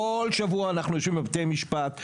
כל שבוע אנחנו יושבים בבתי משפט.